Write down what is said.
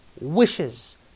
wishes